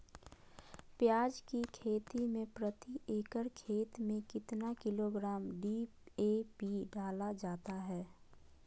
प्याज की खेती में प्रति एकड़ खेत में कितना किलोग्राम डी.ए.पी डाला जाता है?